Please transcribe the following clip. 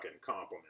compliment